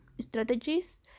strategies